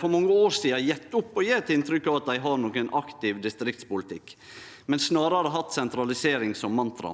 for mange år sidan gjeve opp å gje inntrykk av at dei har nokon aktiv distriktspolitikk. Dei har snarare hatt sentralisering som mantra,